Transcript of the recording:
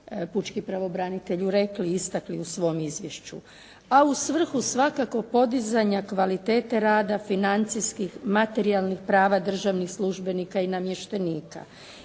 pučki pravobranitelju rekli i istakli u svom izvješću, a u svrhu svakako podizanja kvalitete rada, financijskih, materijalnih prava državnih službenika i namještenika.